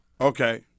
Okay